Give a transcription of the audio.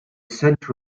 centre